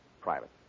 Private